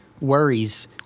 worries